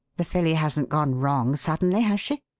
the filly hasn't gone wrong suddenly, has she?